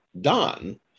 done